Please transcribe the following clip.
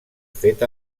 fet